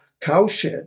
cowshed